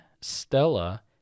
stella